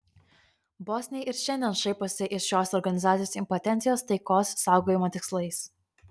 bosniai ir šiandien šaiposi iš šios organizacijos impotencijos taikos saugojimo tikslais